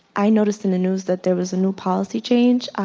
i noticed in the news that there was a new policy change.